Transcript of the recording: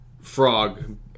frog